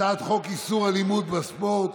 הצעת חוק איסור אלימות בספורט